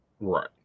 Right